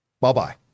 bye-bye